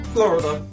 Florida